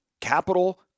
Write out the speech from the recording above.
capital